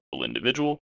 individual